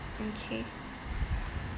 okay